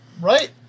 right